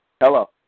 Hello